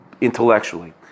intellectually